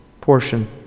portion